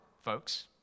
folks